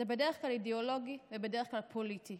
זה בדרך כלל אידיאולוגי ובדרך כלל פוליטי.